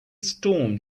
storm